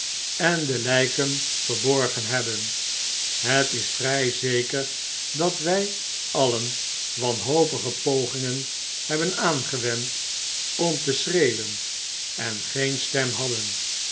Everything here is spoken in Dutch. en delyken verborgen hebben het is vrij zeker dat wij alien wanhopige pogingen hebben aangewend om te schreeuwen en geen stem hadden